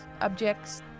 objects